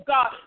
God